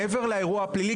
מעבר לאירוע הפלילי,